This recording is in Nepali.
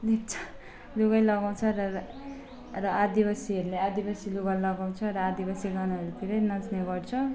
लेप्चा लुगै लगाउँछ र र आदिवासीहरूले आदिवासी लुगा लगाउँछ र आदिवासी गानाहरूतिरै नाच्ने गर्छ